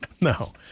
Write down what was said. No